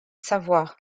savoir